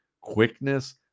quickness